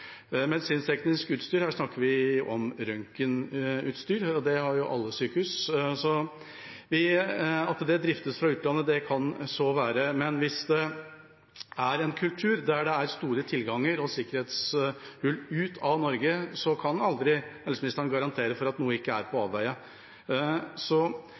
utstyr – her snakker vi om røntgenutstyr, og det har alle sykehus – driftes fra utlandet, kan så være, men hvis det er en kultur med store tilganger og med sikkerhetshull ut av Norge, kan aldri helseministeren garantere for at noe ikke er på